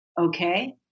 okay